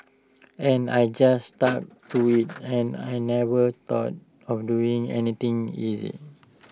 and I just stuck to IT and I never thought of doing anything else